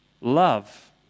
love